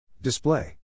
Display